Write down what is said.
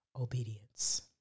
obedience